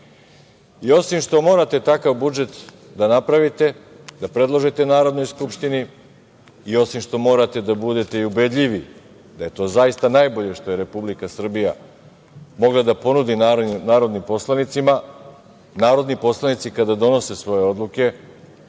što morate takav budžet da napravite, da predložite Narodnoj skupštini i osim što morate da budete ubedljivi da je to zaista najbolje što je Republika Srbija mogla da ponudi narodnim poslanicima, narodni poslanici kada donose svoje odluke